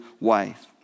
wife